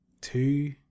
two